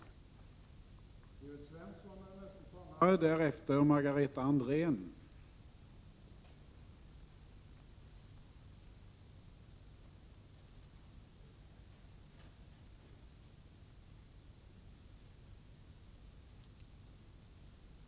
5 maj 1988